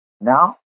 Now